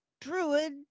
druid